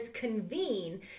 convene